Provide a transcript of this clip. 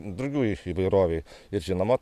drugių įvairovei ir žinoma